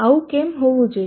આવું કેમ હોવું જોઈએ